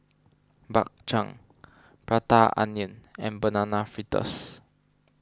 Bak Chang Prata Onion and Banana Fritters